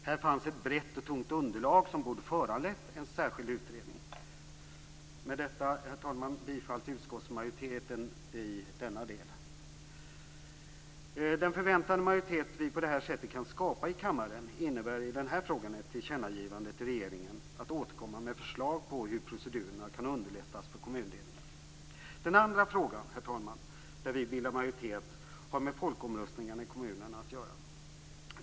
Här fanns ett brett och tungt underlag som borde ha föranlett en särskild utredning. Med detta, herr talman, yrkar jag bifall till utskottsmajoritetens hemställan i denna del. Den förväntade majoritet vi på det här sättet kan skapa i kammaren innebär i den här frågan ett tillkännagivande till regeringen om att återkomma med förslag om hur procedurerna för kommundelning kan förenklas. Den andra fråga, herr talman, där vi bildar majoritet, har med folkomröstningar i kommunerna att göra.